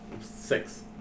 six